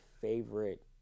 favorite